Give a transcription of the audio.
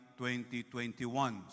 2021